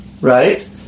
right